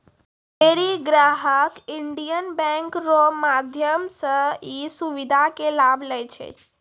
ढेरी ग्राहक Indian bank रो माध्यम से ई सुविधा के लाभ लै छै